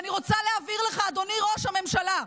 ואני רוצה להבהיר לך, אדוני ראש הממשלה,